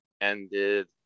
ended